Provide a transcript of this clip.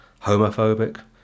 homophobic